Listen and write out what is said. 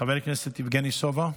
חבר הכנסת יבגני סובה,